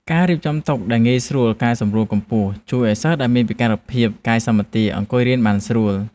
ការរៀបចំតុសិក្សាដែលងាយស្រួលកែសម្រួលកម្ពស់ជួយឱ្យសិស្សដែលមានពិការភាពកាយសម្បទាអង្គុយរៀនបានស្រួល។